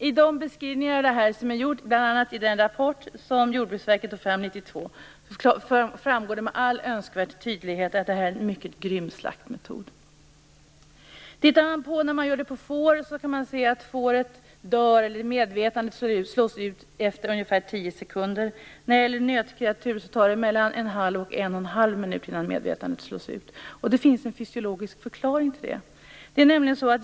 I de beskrivningar som finns bl.a. i den rapport som Jordbruksverket tog fram 1992 framgår det med all önskvärd tydlighet att detta är en mycket grym slaktmetod. När det gäller får slås medvetandet ut efter ungefär tio sekunder. När det gäller nötkreatur tar det mellan en halv och en och en halv minut innan medvetandet slås ut. Det finns en fysiologisk förklaring till det.